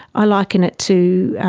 i liken it to,